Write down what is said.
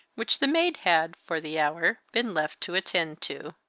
which the maid had, for the hour, been left to attend to.